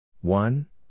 one